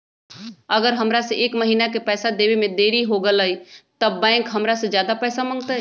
अगर हमरा से एक महीना के पैसा देवे में देरी होगलइ तब बैंक हमरा से ज्यादा पैसा मंगतइ?